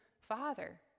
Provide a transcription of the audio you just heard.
Father